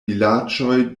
vilaĝoj